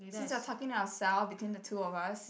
since we're talking to ourselves between the two of us